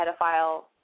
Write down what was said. pedophile